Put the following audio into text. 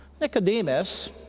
Nicodemus